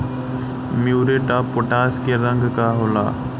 Muriate of potash के रंग का होला?